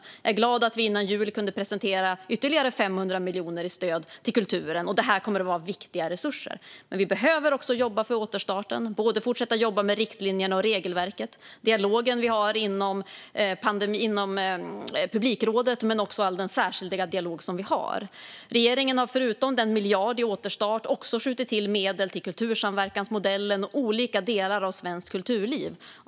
Jag är glad att vi före jul kunde presentera ytterligare 500 miljoner i stöd till kulturen. Det kommer att vara viktiga resurser. Men vi behöver också jobba för återstarten och fortsätta jobba med riktlinjerna och regelverket och med dialogen vi har inom publikrådet men också all den särskilda dialog som vi har. Regeringen har förutom 1 miljard till återstart också skjutit till medel till kultursamverkansmodellen och olika delar av svenskt kulturliv.